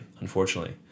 unfortunately